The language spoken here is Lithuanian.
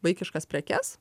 vaikiškas prekes